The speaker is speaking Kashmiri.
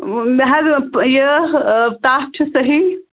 مےٚ حظ یہِ تتھ چھُ صحی